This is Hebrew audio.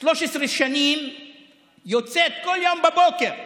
13 שנים יוצאת כל יום בבוקר לשם.